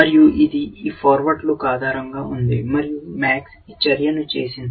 మరియు ఇది ఈ ఫార్వర్డ్ లుక్ ఆధారంగా ఉంది మరియు MAX ఈ చర్యను చేసింది